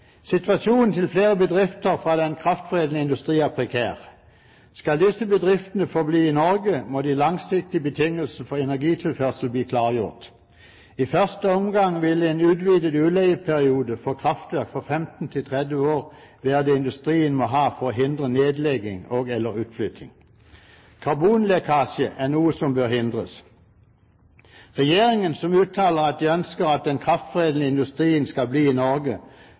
Situasjonen til flere bedrifter fra den kraftforedlende industri er prekær. Skal disse bedriftene forbli i Norge, må de langsiktige betingelsene for energitilførsel bli klargjort. I første omgang ville en utvidet utleieperiode for kraftverk fra 15 til 30 år være det industrien må ha for å hindre nedlegging og/eller utflytting. Karbonlekkasje er noe som bør hindres. Regjeringen, som uttaler at de ønsker at den kraftforedlende industrien skal bli i Norge,